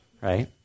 Right